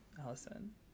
Allison